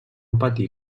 patir